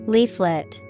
Leaflet